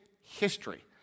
history